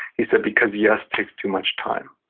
he said, because yes takes too much times.